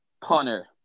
punter